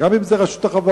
גם אם זה רשות החברות.